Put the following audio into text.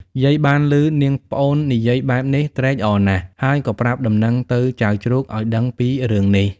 យាយបានឮនាងជាប្អូននិយាយបែបនេះត្រេកអរណាស់ ហើយក៏ប្រាប់ដំណឹងទៅចៅជ្រូកឲ្យដឹងពីរឿងនេះ